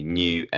new